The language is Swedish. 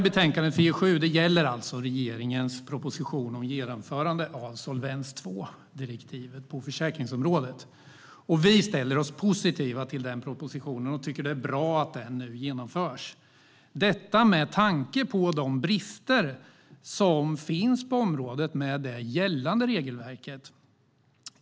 Betänkande FiU7 gäller alltså regeringens proposition om genomförande av Solvens II-direktivet på försäkringsområdet. Vi ställer oss positiva till propositionen och tycker att det är bra att detta nu genomförs, med tanke på de brister som finns på området med det gällande regelverket.